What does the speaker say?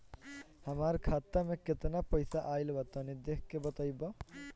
हमार खाता मे केतना पईसा आइल बा तनि देख के बतईब?